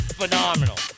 phenomenal